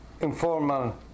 informal